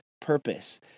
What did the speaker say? purpose